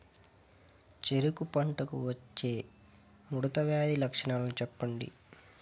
చెరుకు పంటకు వచ్చే ముడత వ్యాధి లక్షణాలు చెప్పండి?